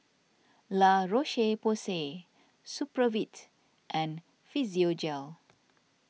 La Roche Porsay Supravit and Physiogel